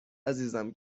عزیزم